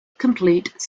complete